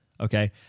okay